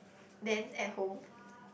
then at home